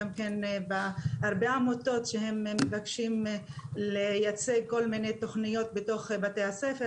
אם זה הרבה עמותות שמבקשות לייצג כל מיני תוכניות בתוך בתי הספר,